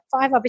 five